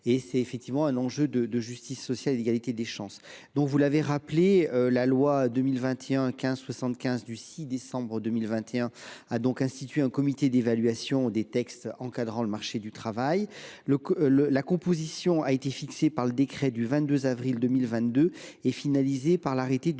et porte sur un enjeu de justice sociale et d’égalité des chances. Comme vous l’avez rappelé, la loi du 6 décembre 2021 a institué un comité d’évaluation des textes encadrant le marché du travail. La composition de ce comité a été fixée par le décret du 22 avril 2022 et finalisée par l’arrêté du